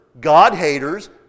God-haters